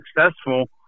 successful